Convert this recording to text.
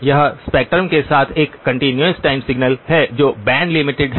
यह स्पेक्ट्रम के साथ एक कंटीन्यूअस टाइम सिग्नल है जो बैंड लिमिटेड है